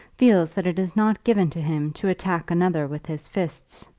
feels that it is not given to him to attack another with his fists,